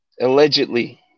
Allegedly